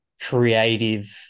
creative